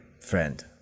friend